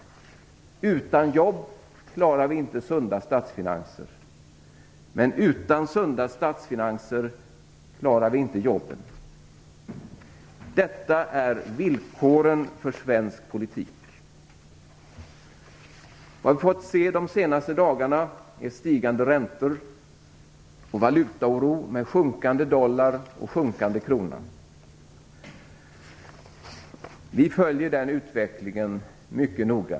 Utan jobb klarar vi inte sunda statsfinanser, men utan sunda statsfinanser klarar vi inte jobben. Detta är villkoren för svensk politik. Vad vi fått se de senaste dagarna är stigande räntor och valutaoro med en sjunkande dollar och en sjunkande krona. Vi följer den utvecklingen mycket noga.